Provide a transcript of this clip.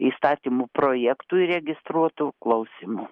įstatymų projektų įregistruotų klausymų